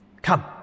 Come